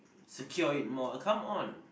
secure it more come on